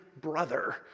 brother